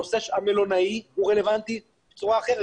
הנושא המלונאי רלוונטי בצורה אחרת.